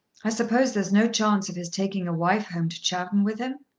i suppose there's no chance of his taking a wife home to chowton with him?